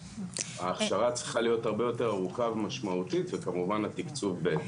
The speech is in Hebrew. ההכשרה צריכה להיות הרבה יותר ארוכה ומשמעותית וכמובן התקצוב בהתאם,